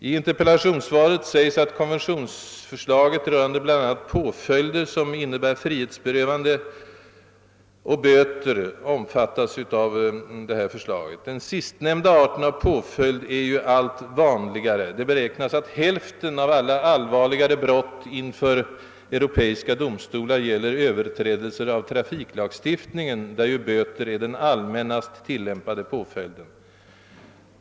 I interpellationssvaret sägs att konventionsförslaget rörande bl.a. påföljder som innebär frihetsberövande och böter omfattas av detta förslag. Den sistnämnda arten av påföljd blir ju alit vanligare. Det beräknas att alla allvarligare brott inför europeiska domstolar gäller överträdelser av trafiklagstiftningen, där böter är den allmännast tilllämpade påföljden.